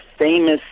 famous